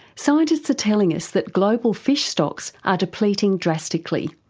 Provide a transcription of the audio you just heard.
scientists are telling us that global fish stocks are depleting drastically.